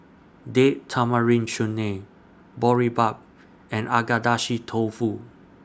Date Tamarind Chutney Boribap and Agedashi Tofu